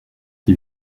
qui